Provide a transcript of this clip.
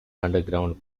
underground